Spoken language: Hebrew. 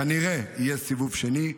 כנראה שיהיה סיבוב שני.